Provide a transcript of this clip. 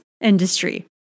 industry